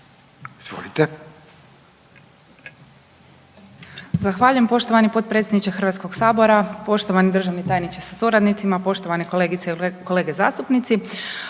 Izvolite.